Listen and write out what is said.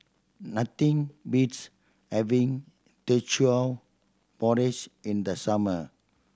nothing beats having Teochew Porridge in the summer